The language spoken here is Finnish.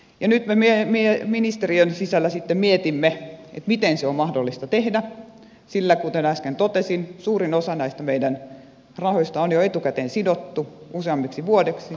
nyt me ministeriön sisällä sitten mietimme miten se on mahdollista tehdä sillä kuten äsken totesin suurin osa näistä meidän rahoistamme on jo etukäteen sidottu useammaksi vuodeksi oleviin hankkeisiin